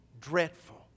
dreadful